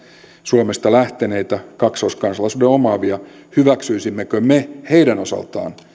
suomesta lähteneitä kaksoiskansalaisuuden omaavia hyväksyisimmekö me heidän osaltaan